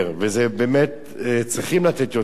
ובאמת צריכים לתת יותר,